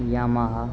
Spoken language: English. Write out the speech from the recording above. Yamaha